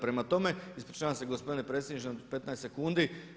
Prema tome, ispričavam se gospodine predsjedniče na 15 sekundi.